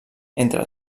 entre